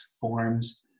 forms